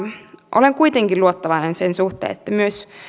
olen kuitenkin luottavainen sen suhteen myös